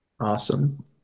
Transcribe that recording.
Awesome